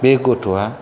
बे गथ'आ